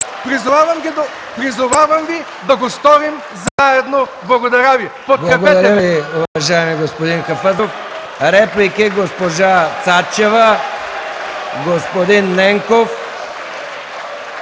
Призовавам Ви да го сторим заедно. Благодаря Ви,